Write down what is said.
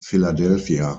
philadelphia